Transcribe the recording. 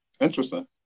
Interesting